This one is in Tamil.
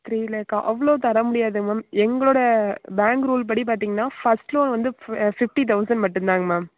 த்ரீ லேக்கா அவ்வளோ தர முடியாதே மேம் எங்களோட பேங்க் ரூல் படி பாத்திங்கனா ஃபர்ஸ்ட் லோன் வந்து ஃப் ஃபிஃப்டி தௌசண்ட் மட்டுந்தாங்க மேம்